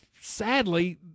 sadly